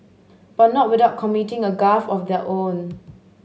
but not without committing a gaffe of their own